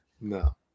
No